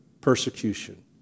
persecution